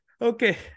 Okay